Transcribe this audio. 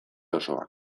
osoan